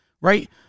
right